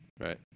right